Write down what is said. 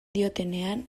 diotenean